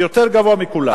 ויותר גבוה מכולם.